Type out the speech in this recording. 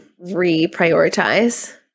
reprioritize